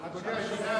אדוני היושב-ראש,